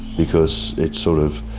because it's sort of,